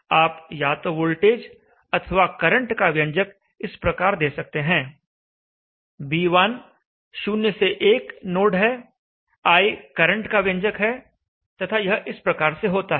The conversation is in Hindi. आप या तो वोल्टेज अथवा करंट का व्यंजक इस प्रकार दे सकते हैं B1 0 से 1 नोड है I करंट का व्यंजक है तथा यह इस प्रकार से होता है